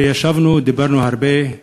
ישבנו, דיברנו הרבה.